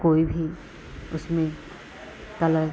कोई भी उसमें कलर